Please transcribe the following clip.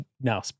now